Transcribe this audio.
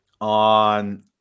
on